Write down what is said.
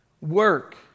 work